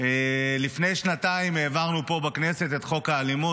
לפני שנתיים העברנו פה, בכנסת, את חוק האלימות.